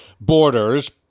borders